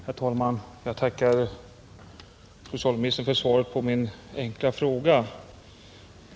Herr talman! Jag tackar socialministern för svaret på min enkla fråga.